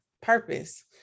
purpose